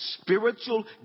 spiritual